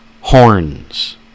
horns